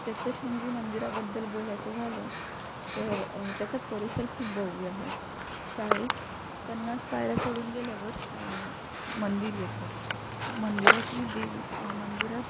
चतुःशृंगी मंदिराबद्दल बोलायचं झालं तर त्याचा परिसर खूप भव्य आहे चाळीस पन्नास पायऱ्या चढून गेल्यावर मंदिर येतं मंदिरातली देवी मंदिरात